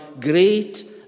great